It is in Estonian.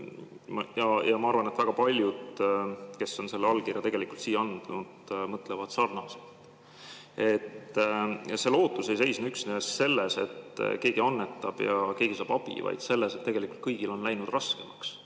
Ja ma arvan, et väga paljud, kes on selle allkirja siia andnud, mõtlevad sarnaselt. See lootus ei seisne üksnes selles, et keegi annetab ja keegi saab abi, vaid seisneb selles, et tegelikult kõigil on läinud raskemaks